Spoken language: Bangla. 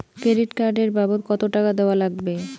ক্রেডিট কার্ড এর বাবদ কতো টাকা দেওয়া লাগবে?